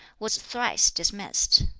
was thrice dismissed.